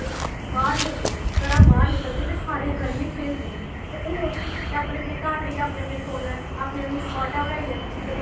घरां बाहर निकलदे हे सारे रलियै खेलदे हे पर हून अपने अपने घार बेइयै अपने अपने फोना च अपने सकॉटां बनाइयै उधर गै खेलना